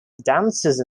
dances